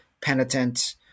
penitent